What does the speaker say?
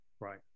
Right